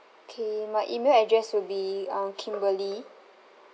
K my email address would be uh kimberly